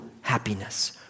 happiness